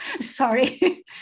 Sorry